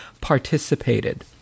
participated